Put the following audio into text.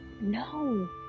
No